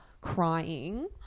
crying